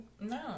No